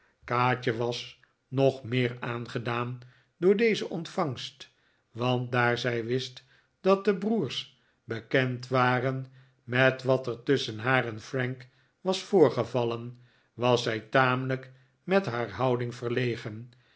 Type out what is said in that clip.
kaatje was nog meer aangedaan door deze ontvangst want daar zij wist dat de broers bekend waren met wat er tusschen haar en frank was voorgevallen was zij tamelijk met haar houding verlegen